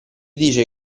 dice